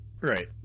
Right